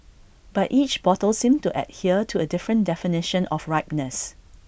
but each bottle seemed to adhere to A different definition of ripeness